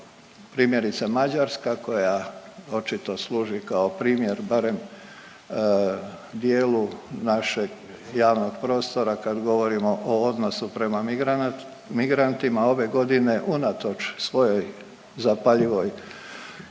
primjerice Mađarska koja očito služi kao primjer barem djelu našeg javnog prostora kad govorimo o odnosu prema migrantima, ove godine unatoč svojoj zapaljivoj